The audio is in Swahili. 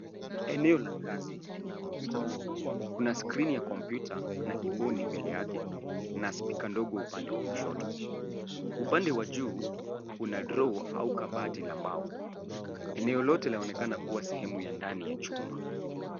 Eneo la kazi lenye kompyuta. Kuna skrini ya kompyuta na kibuni mbele yake na spika ndogo upande wa kushoto. Upande wa juu, kuna drawer au kabati la mbao. Eneo lote laonekana kuwa sehemu ya ndani ya chumba.